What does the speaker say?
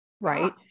right